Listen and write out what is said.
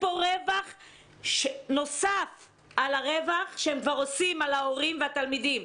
פה רווח נוסף על הרווח שהם כבר עושים על ההורים והתלמידים.